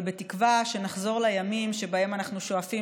אבל בתקווה שנחזור לימים שבהם אנחנו שואפים